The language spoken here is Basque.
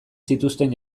zituzten